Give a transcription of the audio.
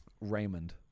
Raymond